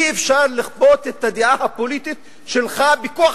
אי-אפשר לכפות את הדעה הפוליטית שלך בכוח